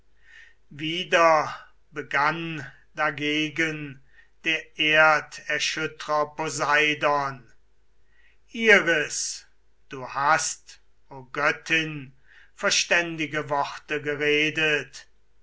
wieder begann dagegen der tätige argoswürger wahrlich o greis du hast wohlziemende worte geredet